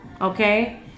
okay